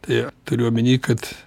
tai turiu omeny kad